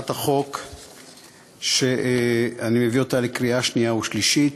הצעת החוק שאני מביא לקריאה שנייה ושלישית,